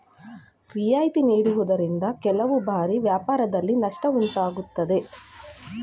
ರಿಯಾಯಿತಿ ನೀಡುವುದರಿಂದ ಕೆಲವು ಬಾರಿ ವ್ಯಾಪಾರದಲ್ಲಿ ನಷ್ಟ ಉಂಟಾಗುತ್ತದೆ